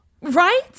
Right